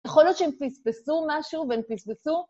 יכול להיות שהם פספסו משהו והם פספסו?